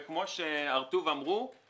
וכמו ש"הר-טוב" אמרו,